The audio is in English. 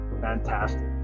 Fantastic